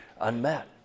unmet